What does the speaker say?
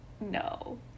No